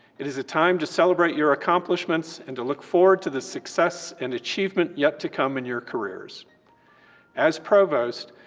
it is a time to celebrate your accomplishments and to look forward to the success and achievement yet to come in your careers as provost,